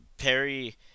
Perry